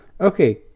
Okay